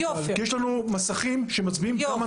כי יש לנו מסכים שמצביעים כל הזמן על